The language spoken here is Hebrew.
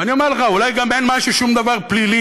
ואני אומר לך, אולי גם אין שום דבר פלילי.